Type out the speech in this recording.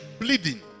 bleeding